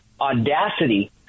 audacity